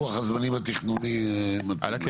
לוח הזמנים התכנוני הקיים.